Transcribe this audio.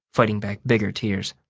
fighting back bigger tears.